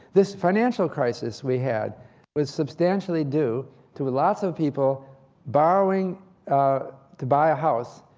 this financial crisis we had was substantially due to lots of people borrowing to buy a house,